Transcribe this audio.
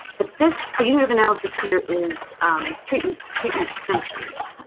but this, the unit of analysis, here is treatment treatment centers.